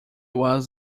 was